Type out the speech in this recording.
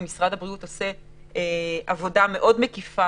ובנוסף משרד הבריאות עושה עבודה מאוד מקיפה